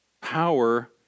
power